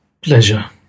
pleasure